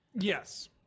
yes